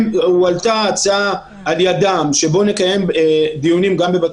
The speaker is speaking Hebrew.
הועלתה הצעה על ידם שנקיים דיונים גם בבתי